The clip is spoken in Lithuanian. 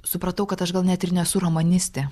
supratau kad aš gal net ir nesu romanistė